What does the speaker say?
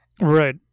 right